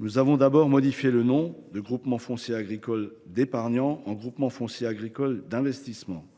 Nous avons d’abord modifié sa dénomination, transformant les groupements fonciers agricoles d’épargnants en groupements fonciers agricoles d’investissement.